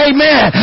Amen